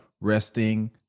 resting